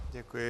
Děkuji.